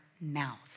mouth